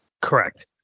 correct